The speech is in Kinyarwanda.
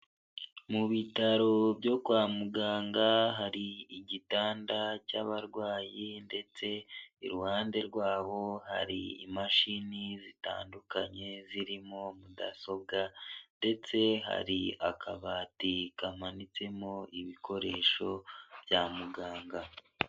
Mu bitaro byo kwa muganga hari igitanda cy'abarwayi ndetse iruhande rwabo hari imashini zitandukanye zirimo mudasobwa ndetse hari akabati kamanitsemo ibikoresho bya muganga.